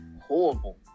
horrible